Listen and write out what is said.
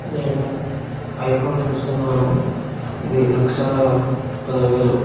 నేను ఐఫోన్ తీసుకున్నాను ఇది లక్షా పదివేలు